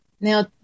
Now